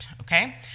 okay